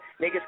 Niggas